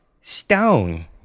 stone